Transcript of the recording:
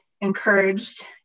encouraged